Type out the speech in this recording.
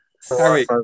Sorry